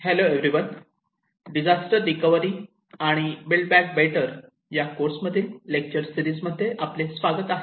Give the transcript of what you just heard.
hello everyone disaster recovery आणि build back better या course मधील लेक्चर सिरीज मध्ये आपले स्वागत आहे